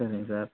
சரிங்க சார்